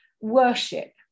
worship